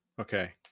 Okay